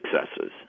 successes